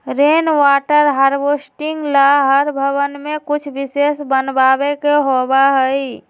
rain water harvesting ला हर भवन में कुछ विशेष बनावे के होबा हई